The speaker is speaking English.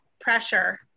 pressure